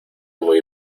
muy